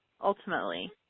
ultimately